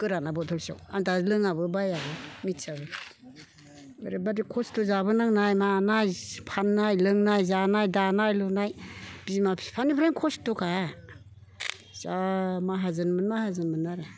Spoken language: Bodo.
गोराना बटलसेयाव आं दा लोङाबो बायाबो मिथियाबो ओरैबादि खस्थ' जाबोनांनाय मानाय फाननाय लोंनाय जानाय दानाय लुनाय बिमा बिफानिफ्रायनो खस्थ'खा जा माहाजोनमोन माहाजोनमोन आरो